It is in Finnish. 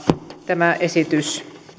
tämä esitys